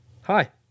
Hi